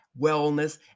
wellness